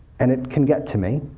and it can get to me,